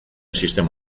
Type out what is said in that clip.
sistema